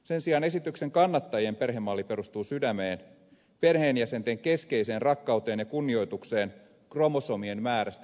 se sijaan esityksen kannattajien perhemalli perustuu sydämeen perheenjäsenten keskiseen rakkauteen ja kunnioitukseen kromosomien määrästä riippumatta